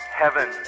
heaven